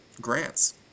grants